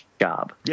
job